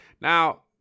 now